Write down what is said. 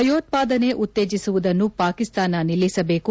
ಭಯೋತ್ವಾದನೆ ಉತ್ತೇಜಿಸುವುದನ್ನು ಪಾಕಿಸ್ತಾನ ನಿಲ್ಲಿಸಬೇಕು